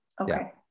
Okay